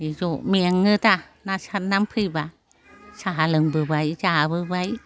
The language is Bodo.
ज' मेङोदा ना सारनानै फैब्ला साहा लोंबोबाय जाबोबाय